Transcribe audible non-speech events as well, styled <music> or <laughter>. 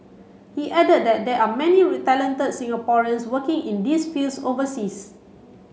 he added that there are many <unintelligible> talented Singaporeans working in these fields overseas